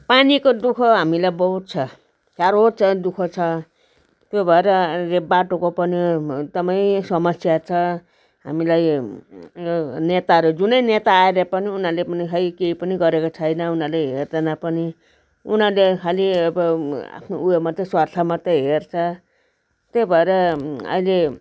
पानीको दुःख हामीलाई बहुत छ साह्रो छ दु ख छ त्यो भएर बाटोको पनि एकदमै समस्या छ हामीलाई नेताहरू जुनै नेता आएर पनि उनीहरूले पनि खोउ केही पनि गरेको छैन उनीहरूले हेर्दैन पनि उनीहरूले खालि अब आफ्नो उयो मात्रै आफ्नो स्वार्थ मात्रै हेर्छ त्यही भएर अहिले